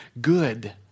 good